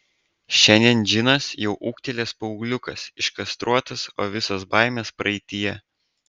šiandien džinas jau ūgtelėjęs paaugliukas iškastruotas o visos baimės praeityje